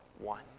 one